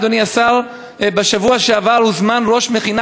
אדוני השר: בשבוע שעבר הוזמן ראש מכינה